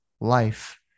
life